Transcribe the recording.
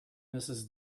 mrs